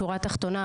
שורה תחתונה,